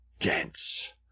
dense